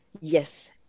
Yes